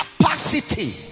capacity